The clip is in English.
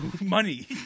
money